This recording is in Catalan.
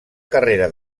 carrera